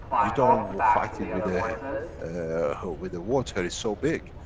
you don't fight it with ah with ah water. it's so big.